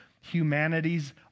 humanity's